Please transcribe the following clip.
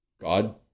God